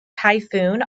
typhoon